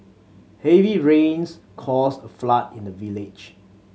heavy rains caused a flood in the village